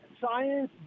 Science